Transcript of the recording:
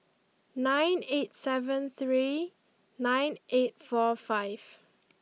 nine eight seven three nine eight four five